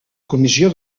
comissió